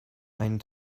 einen